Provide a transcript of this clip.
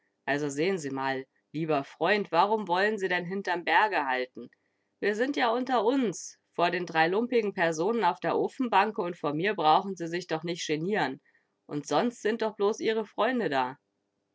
also sehn sie mal lieber freund warum woll'n sie denn hinterm berge halten wir sind ja unter uns vor den drei lumpigen personen auf der ofenbanke und vor mir brauchen sie sich doch nicht genieren und sonst sind doch bloß ihre freunde da